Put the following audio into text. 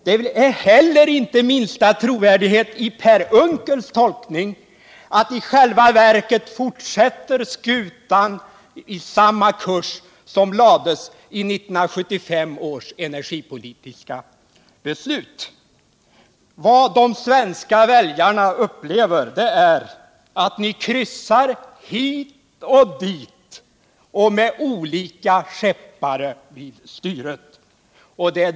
Det är heller inte minsta trovärdighet i Per Unckels tolkning att i själva verket fortsätter skutan i samma kurs som lades ut i 1975 års energipolitiska beslut. Vad de svenska väljarna upplever är att ni kryssar hit och dit och med olika skeppare vid styret.